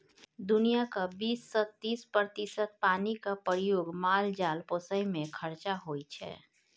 दुनियाँक बीस सँ तीस प्रतिशत पानिक प्रयोग माल जाल पोसय मे खरचा होइ छै